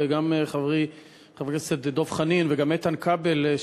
גם לחברי חבר הכנסת דב חנין וגם לאיתן כבל.